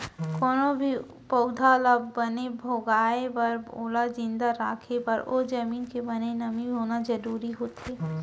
कोनो भी पउधा ल बने भोगाय बर ओला जिंदा राखे बर ओ जमीन के बने नमी होना जरूरी होथे